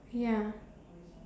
ya